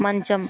మంచం